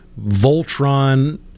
Voltron